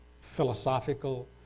philosophical